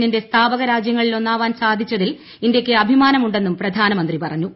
എന്നിന്റെ സ്ഥാപക രാജ്യങ്ങളിൽ ഒന്നാവാൻ സാധിച്ചതിൽ ഇന്ത്യക്ക് അഭിമാനമുണ്ടെന്നും പ്രധാനമന്ത്രി പറഞ്ഞു